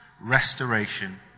restoration